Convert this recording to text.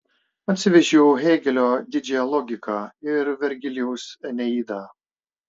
atsivežiau hėgelio didžiąją logiką ir vergilijaus eneidą